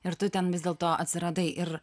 ir tu ten vis dėlto atsiradai ir